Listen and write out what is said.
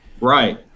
right